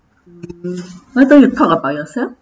mm why don't you talk about yourself